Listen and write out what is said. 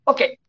Okay